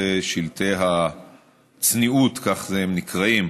בנושא "שלטי הצניעות", כך הם נקראים,